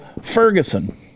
Ferguson